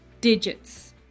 digits